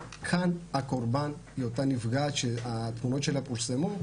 כאן הקורבן היא אותה נפגעת שהתמונות שלה פורסמו,